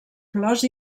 flors